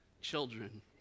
children